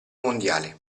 mondiale